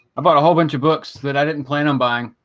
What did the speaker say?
um bought a whole bunch of books that i didn't plan on buying